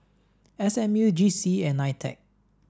S M U G C E and NITEC